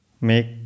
make